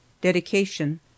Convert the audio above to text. Dedication